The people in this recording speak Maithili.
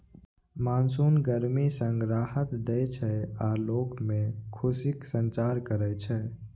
मानसून गर्मी सं राहत दै छै आ लोग मे खुशीक संचार करै छै